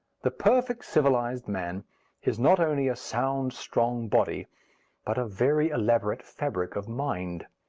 the perfect civilized man is not only a sound strong body but a very elaborate fabric of mind.